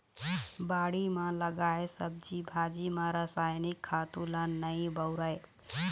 बाड़ी म लगाए सब्जी भाजी म रसायनिक खातू ल नइ बउरय